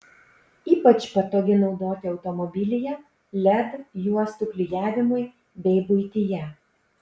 ypač patogi naudoti automobilyje led juostų klijavimui bei buityje